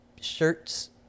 shirts